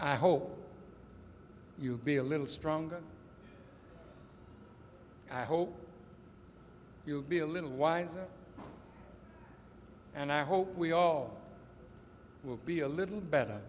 i hope you'll be a little stronger i hope you'll be a little wiser and i hope we all will be a little better